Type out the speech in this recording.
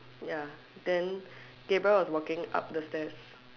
ya then Gabriel was walking up the stairs